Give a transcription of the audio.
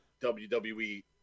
WWE